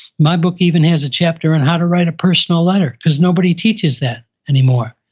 my book even has a chapter on how to write a personal letter, because nobody teaches that anymore.